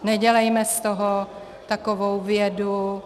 Nedělejme z toho takovou vědu.